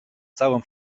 całą